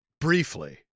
Briefly